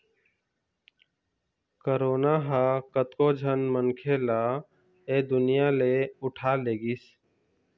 corona ह कतको झन मनखे मन ल ऐ दुनिया ले उठा लेगिस